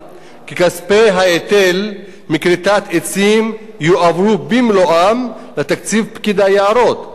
כי כספי ההיטל מכריתת עצים יועברו במלואם לתקציב פקיד היערות,